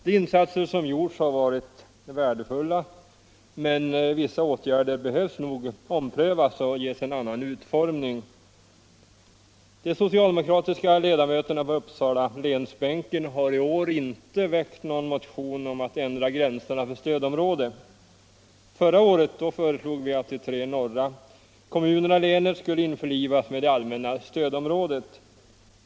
De insatser som gjorts har varit värdefulla, men vissa åtgärder behöver nog omprövas och ges en annan utformning. De socialdemokratiska ledamöterna på Uppsala läns-bänken har i år inte väckt någon motion om att gränserna för stödområdet skall ändras. Förra året föreslog vi att de tre norra kommunerna i länet skulle införlivas med det allmänna stödområdet.